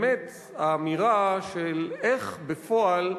באמת, האמירה איך בפועל,